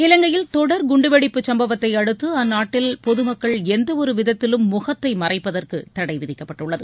இலங்கையில் தொடர் குண்டுவெடிப்பு சம்பவத்தை அடுத்து அந்நாட்டில் பொதுமக்கள் எந்தவொரு விதத்திலும் முகத்தை மறைப்பதற்கு தடை விதிக்கப்பட்டுள்ளது